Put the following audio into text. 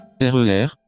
RER